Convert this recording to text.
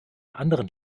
anderen